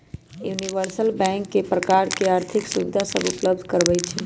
universal bank कय प्रकार के आर्थिक सुविधा सभ उपलब्ध करबइ छइ